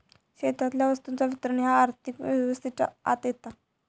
देशातल्या वस्तूंचा वितरण ह्या आर्थिक व्यवस्थेच्या आत येता